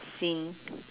seen